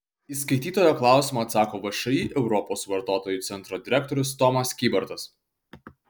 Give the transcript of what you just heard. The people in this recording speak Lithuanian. į skaitytojo klausimą atsako všį europos vartotojų centro direktorius tomas kybartas